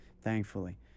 Thankfully